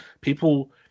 people